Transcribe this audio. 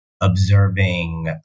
observing